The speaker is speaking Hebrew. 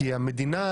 כי המדינה